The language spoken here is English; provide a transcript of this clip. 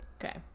Okay